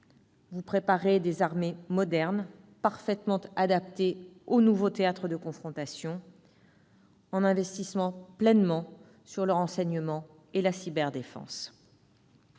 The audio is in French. Vous préparez des armées modernes, parfaitement adaptées aux nouveaux théâtres de confrontation, en investissant pleinement sur le renseignement et la cyberdéfense.